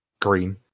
Green